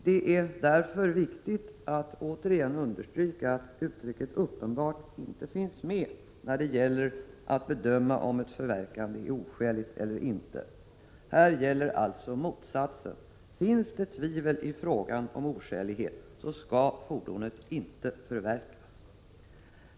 Det är därför viktigt att återigen understryka att uttrycket uppenbart inte finns med när det gäller att bedöma om ett förverkande är oskäligt eller inte. Här gäller alltså motsatsen; finns det tvivel i frågan om oskälighet skall fordonet inte förverkas.